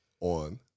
on